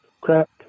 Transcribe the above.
crap